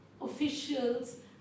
officials